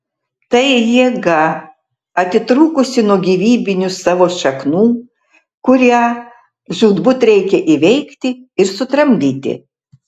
tai jėga atitrūkusi nuo gyvybinių savo šaknų kurią žūtbūt reikia įveikti ir sutramdyti